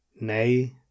Nay